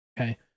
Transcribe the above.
Okay